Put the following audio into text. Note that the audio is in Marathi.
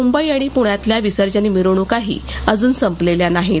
मुंबइ आणि पृण्यातल्या विसर्जन मिरवण्काही अजून संपलेल्या नाहीत